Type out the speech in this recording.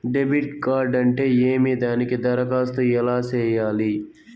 debit card అంటే ఏమి దానికి దరఖాస్తు ఎలా సేయాలి